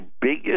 biggest